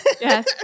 Yes